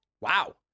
wow